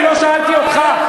אני לא שאלתי אותך.